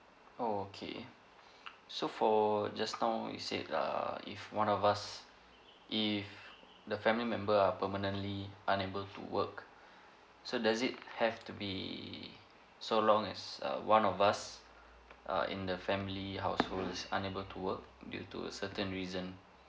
oh okay so for just now you said err if one of us if the family member are permanently unable to work so does it have to be so long as uh one of us uh in the family household is unable to work due to a certain reason